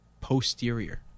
posterior